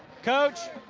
coach.